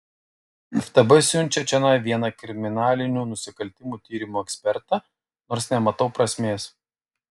ftb siunčia čionai vieną kriminalinių nusikaltimų tyrimų ekspertą nors nematau prasmės